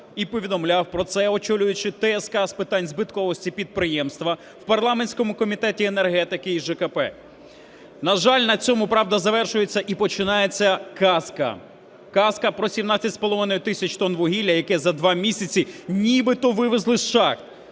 і повідомляв про це, очолюючи ТСК з питань збитковості підприємства в парламентському Комітеті енергетики і ЖКП. На жаль, на цьому правда завершується і починається казка – казка про 17,5 тисяч тонн вугілля, які за два місяці нібито вивезли з шахт.